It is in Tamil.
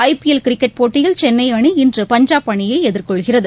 ஐ பிஎல் கிரிக்கெட் போட்டியில் சென்னைஅணி இன்று பஞ்சாப் அணியைஎதிர்கொள்கிறது